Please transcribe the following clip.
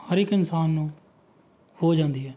ਹਰੇਕ ਇਨਸਾਨ ਨੂੰ ਹੋ ਜਾਂਦੀ ਹੈ